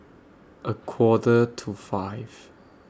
A Quarter to five